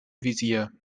visier